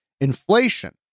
inflation